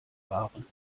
waren